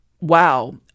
wow